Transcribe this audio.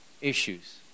issues